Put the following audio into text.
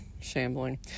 shambling